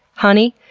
honey,